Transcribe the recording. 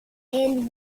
and